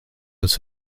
was